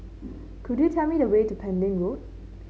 could you tell me the way to Pending Road